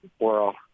world